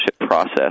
process